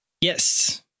Yes